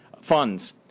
funds